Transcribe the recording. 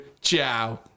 Ciao